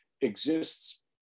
exists